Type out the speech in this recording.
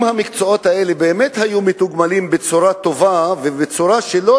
אם המקצועות האלה באמת היו מתוגמלים בצורה טובה ובצורה שלא